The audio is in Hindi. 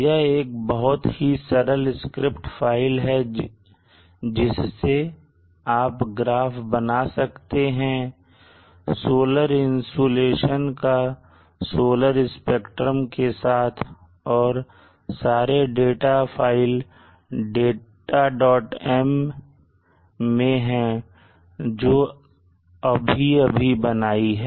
यह एक बहुत ही सरल स्क्रिप्ट फाइल है जिससे आप ग्राफ बना सकते हैं सोलर इंसुलेशन का सोलर स्पेक्ट्रम के साथ और सारे डाटा फाइल datam मैं हैं जो अभी अभी बनाई है